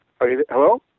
Hello